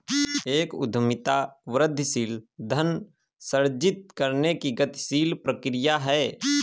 एक उद्यमिता वृद्धिशील धन सृजित करने की गतिशील प्रक्रिया है